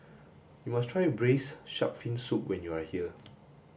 you must try braised shark fin soup when you are here